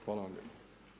Hvala vam lijepo.